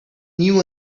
knew